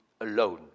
alone